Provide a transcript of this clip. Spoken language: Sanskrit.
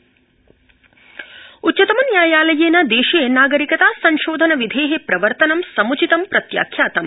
शीर्षन्यायालय उच्चतम न्यायालयेन देशे नागरिकता संशोधन विधे प्रवर्तनं समुचितं प्रत्याख्यातम